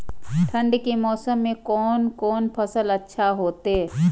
ठंड के मौसम में कोन कोन फसल अच्छा होते?